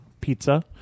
pizza